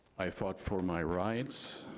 i fought for my rights.